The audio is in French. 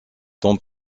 tant